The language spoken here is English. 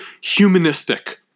humanistic